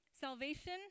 Salvation